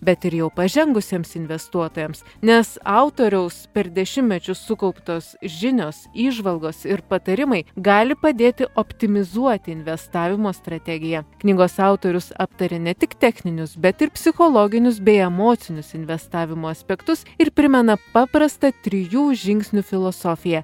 bet ir jau pažengusiems investuotojams nes autoriaus per dešimtmečius sukauptos žinios įžvalgos ir patarimai gali padėti optimizuoti investavimo strategiją knygos autorius aptaria ne tik techninius bet ir psichologinius bei emocinius investavimo aspektus ir primena paprastą trijų žingsnių filosofiją